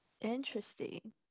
Interesting